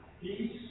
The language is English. peace